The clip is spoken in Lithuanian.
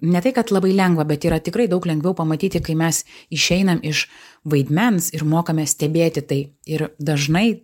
ne tai kad labai lengva bet yra tikrai daug lengviau pamatyti kai mes išeinam iš vaidmens ir mokame stebėti tai ir dažnai